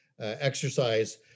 exercise